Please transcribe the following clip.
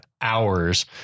hours